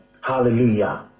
Hallelujah